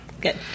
good